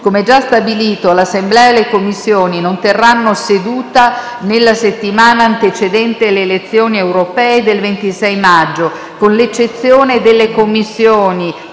Come già stabilito, l'Assemblea e le Commissioni non terranno seduta nella settimana antecedente le elezioni europee del 26 maggio, con l'eccezione delle Commissioni